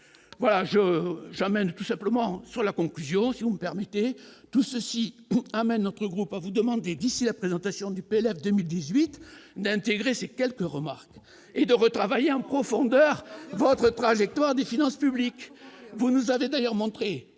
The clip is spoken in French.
voilà je j'emmène tout simplement sur la conclusion, si vous me permettez, tout ceci amène notre groupe à vous demander d'ici la présentation du PLF 2018 d'intégrer ces quelques remarques et de retravailler en profondeur votre trajectoire des finances publiques, vous nous avez d'ailleurs montré